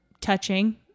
touching